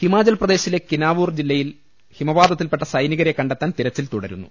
ഹിമാചൽ പ്രദേശിലെ കിന്നാവൂർ ജില്ലയിൽ ഹിമപാതത്തിൽപ്പെട്ട സൈനികരെ കണ്ടെത്താൻ തിരച്ചിൽ തുടരുന്നു